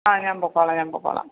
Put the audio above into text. ആ ഞാന് പൊക്കോളാം ഞാന് പൊക്കോളാം